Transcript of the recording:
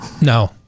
No